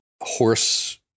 horse